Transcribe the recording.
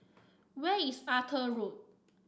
where is Arthur Road